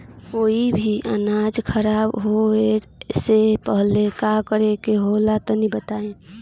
कोई भी अनाज खराब होए से पहले का करेके होला तनी बताई?